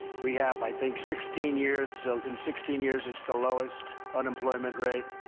we have, i think, sixteen years in sixteen years it's the lowest unemployment rate.